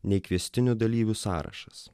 nei kviestinių dalyvių sąrašas